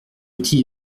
outil